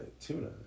tuna